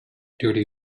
dirty